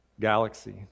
galaxy